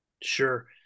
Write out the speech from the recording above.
Sure